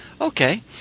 Okay